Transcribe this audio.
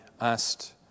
asked